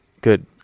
Good